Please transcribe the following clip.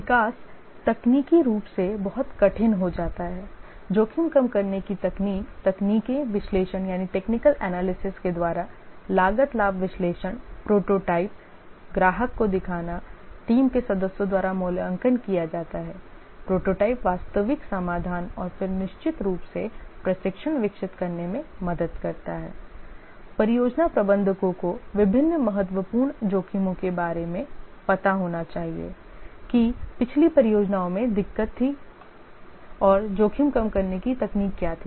विकास तकनीकी रूप से बहुत कठिन हो जाता है जोखिम कम करने की तकनीक तकनीकी विश्लेषण के द्वारा लागत लाभ विश्लेषण प्रोटोटाइप ग्राहक को दिखाना टीम के सदस्यों द्वारा मूल्यांकन किया जाता है प्रोटोटाइप वास्तविक समाधान और फिर निश्चित रूप से प्रशिक्षण विकसित करने में मदद करता है परियोजना प्रबंधकों को विभिन्न महत्वपूर्ण जोखिमों के बारे में पता होना चाहिए कि पिछली परियोजनाओं में दिक्कत थी हैं और जोखिम कम करने की तकनीक क्या थी